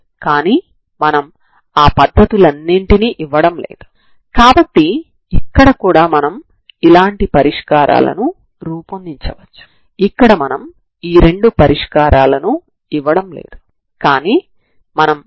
ఇచ్చిన సమస్యకు రెండు పరిష్కారాలు ఉంటాయని అనుకోండి తర్వాత వాటి వ్యత్యాసాన్ని తీసుకోండి